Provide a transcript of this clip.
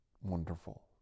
wonderful